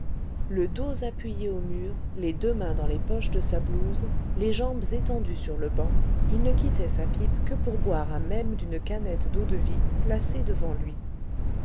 le dos appuyé au mur les deux mains dans les poches de sa blouse les jambes étendues sur le banc il ne quittait sa pipe que pour boire à même d'une canette d'eau-de-vie placée devant lui